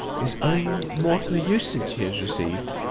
is owing more to the usage he has received,